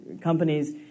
companies